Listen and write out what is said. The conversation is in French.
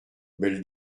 belle